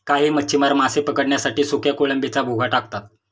काही मच्छीमार मासे पकडण्यासाठी सुक्या कोळंबीचा भुगा टाकतात